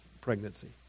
pregnancy